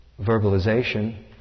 verbalization